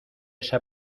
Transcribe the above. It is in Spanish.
esa